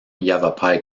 yavapai